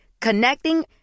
Connecting